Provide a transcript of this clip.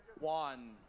one